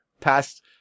past